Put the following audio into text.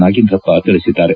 ನಾಗೇಂದ್ರಪ್ಪ ತಿಳಿಸಿದ್ದಾರೆ